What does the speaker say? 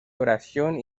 oración